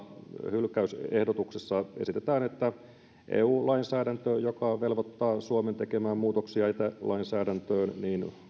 hylkäysehdotuksessa esitetään että koska eu lainsäädäntö velvoittaa suomen tekemään muutoksia jätelainsäädäntöön niin